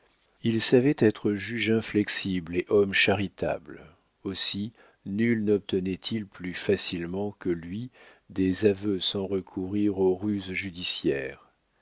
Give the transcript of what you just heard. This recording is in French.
il savait être juge inflexible et homme charitable aussi nul nobtenait il plus facilement que lui des aveux sans recourir aux ruses judiciaires